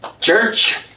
church